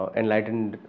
enlightened